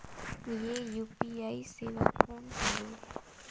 ये यू.पी.आई सेवा कौन हवे?